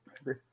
Agree